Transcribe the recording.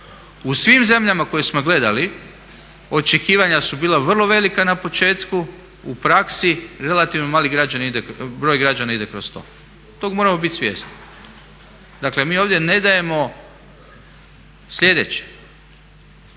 U svim zemljama koje smo gledali očekivanja su bila vrlo velika na početku, u praksi relativno mali broj građana ide kroz to. Tog moramo bit svjesni. Dakle, mi ovdje ne dajemo sljedeće: